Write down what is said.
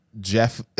Jeff